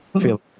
feel